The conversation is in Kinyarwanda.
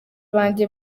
banjye